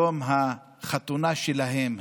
יום החתונה שלהם,